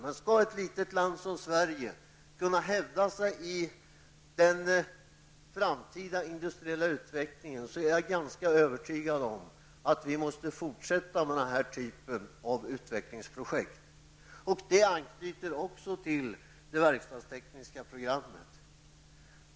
Skall ett litet land som Sverige kunna hävda sig i den framtida industriella utvecklingen, är jag ganska övertygad om att vi måste fortsätta med den här typen av utvecklingsprojekt. Det anknyter också till det verkstadstekniska programmet.